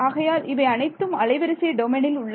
ஆகையால் இவை அனைத்தும் அலைவரிசை டொமைனில் உள்ளது